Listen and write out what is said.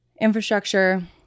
infrastructure